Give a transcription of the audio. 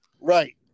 Right